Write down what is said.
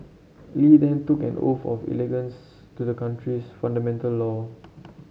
Li then took an oath of allegiance to the country's fundamental law